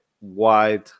wide